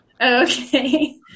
Okay